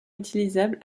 utilisable